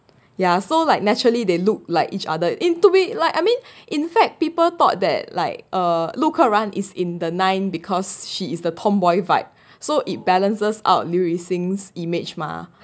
ya so like naturally they look like each other into it like I mean in fact people thought that like uh 陆柯燃 is in the nine because she is the tomboy vibe so it balances out 刘雨欣 image mah ya